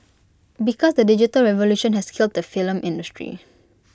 because the digital revolution has killed the film industry